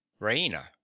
raina